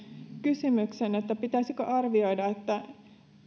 kysymyksen pitäisikö arvioida